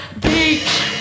beach